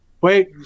Wait